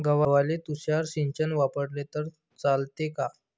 गव्हाले तुषार सिंचन वापरले तर चालते का?